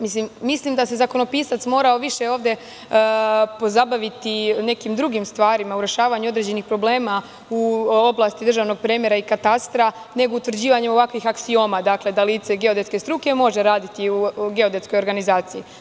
Mislim da se zakonopisac morao više ovde pozabaviti nekim drugim stvarima u rešavanju određenih problema u oblasti državnog premera i katastra, nego utvrđivanju ovakvih aksioma, da lice geodetske struke može raditi u geodetskoj organizaciji.